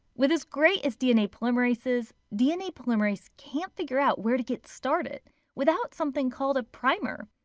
with as great as dna polymerase is, dna polymerase can't figure out where to get started without something called a primer.